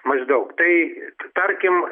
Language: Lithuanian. maždaug tai tarkim